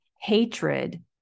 hatred